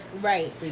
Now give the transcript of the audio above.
Right